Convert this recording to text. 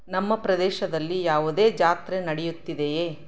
ನಮ್ಮ ಪ್ರದೇಶದಲ್ಲಿ ಯಾವುದೇ ಜಾತ್ರೆ ನಡೆಯುತ್ತಿದೆಯೇ